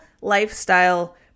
lifestyle